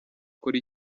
ukora